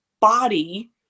body